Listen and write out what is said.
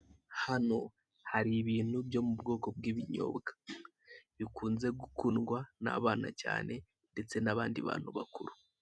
Hano hari ibintu byo mu bwoko bw'ibinyobwa bikunze gukundwa n'abana cyane ndetse n'abandi bantu bakuru.